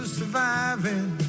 surviving